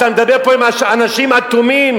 אתה מדבר פה עם אנשים אטומים.